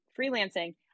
freelancing